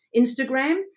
Instagram